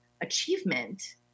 achievement